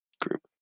group